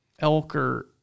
Elker